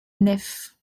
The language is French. nef